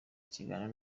ikiganiro